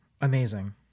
Amazing